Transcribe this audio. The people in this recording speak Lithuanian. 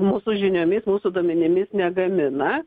mūsų žiniomis mūsų duomenimis negamina